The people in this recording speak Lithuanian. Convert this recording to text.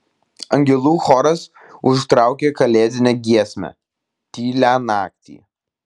angelų choras užtraukė kalėdinę giesmę tylią naktį